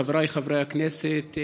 חבריי חברי הכנסת,